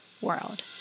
world